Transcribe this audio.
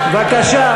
בבקשה.